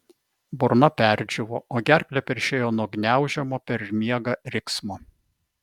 burna perdžiūvo o gerklę peršėjo nuo gniaužiamo per miegą riksmo